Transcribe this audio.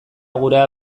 gurea